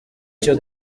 icyo